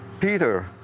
Peter